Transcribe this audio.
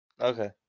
Okay